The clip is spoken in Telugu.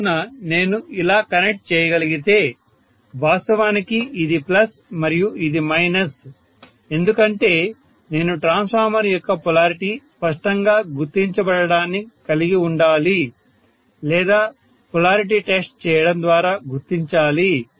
కావున నేను ఇలా కనెక్ట్ చేయగలిగితే వాస్తవానికి ఇది ప్లస్ మరియు ఇది మైనస్ ఎందుకంటే నేను ట్రాన్స్ఫార్మర్ యొక్క పొలారిటీ స్పష్టంగా గుర్తించబడడాన్ని కలిగి ఉండాలి లేదా పొలారిటీ టెస్ట్ చేయడం ద్వారా గుర్తించాలి